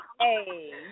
hey